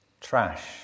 trash